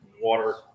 water